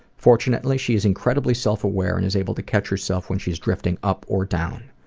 fortunately she is incredibly self-aware and is able to catch herself when she's drifting up or down.